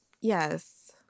Yes